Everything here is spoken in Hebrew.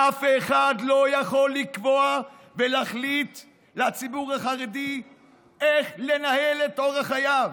אף אחד לא יכול לקבוע ולהחליט לציבור החרדי איך לנהל את אורח חייו.